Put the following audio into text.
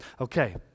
Okay